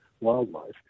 wildlife